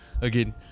again